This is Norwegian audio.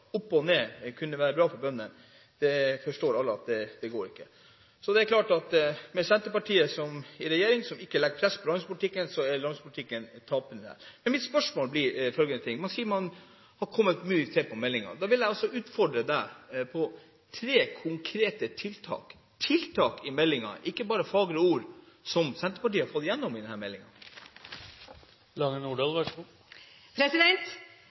opp og ned – kunne være bra for bøndene? Alle forstår at det går ikke. Når Senterpartiet i regjering ikke legger press på landbrukspolitikken, er det landbrukspolitikken som taper. Mitt spørsmål er følgende: Man sier man har kommet med mange tiltak i meldingen. Da vil jeg utfordre Lange Nordahl på tre konkrete tiltak – tiltak, ikke bare fagre ord – som Senterpartiet har fått igjennom i